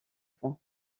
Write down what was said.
points